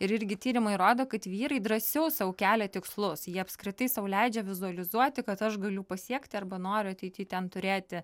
ir irgi tyrimai rodo kad vyrai drąsiau sau kelia tikslus jie apskritai sau leidžia vizualizuoti kad aš galiu pasiekti arba noriu ateity ten turėti